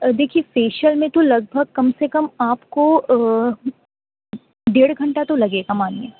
اور دیکھیے فیشیل میں تو لگ بھگ کم سے کم آپ کو ڈیڑھ گھنٹہ تو لگے گا مانیے